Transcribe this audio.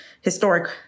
historic